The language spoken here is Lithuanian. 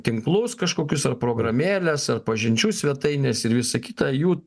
tinklus kažkokius ar programėles ar pažinčių svetainės ir visa kita jų